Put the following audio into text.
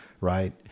Right